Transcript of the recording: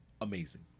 Amazing